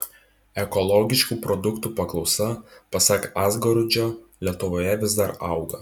ekologiškų produktų paklausa pasak azguridžio lietuvoje vis dar auga